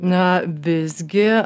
na visgi